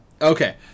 Okay